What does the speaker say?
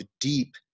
deep